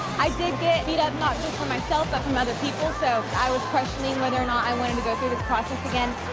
i did get beat up not just from myself but from other people so i was questioning whether or not i wanted to go through this process again.